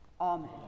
Amen